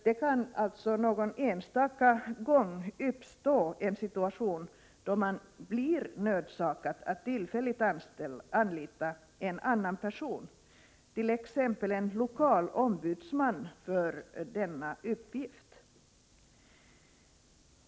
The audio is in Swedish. Det kan alltså någon enstaka gång uppstå en situation där man blir nödsakad att tillfälligt anlita en annan person, t.ex. en lokal ombudsman, för uppgiften.